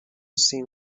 seem